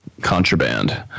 Contraband